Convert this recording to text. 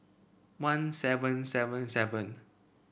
one seven seven seven